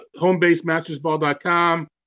homebasemastersball.com